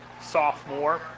sophomore